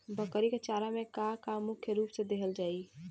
बकरी क चारा में का का मुख्य रूप से देहल जाई?